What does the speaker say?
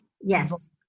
yes